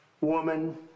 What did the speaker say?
woman